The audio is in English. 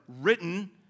written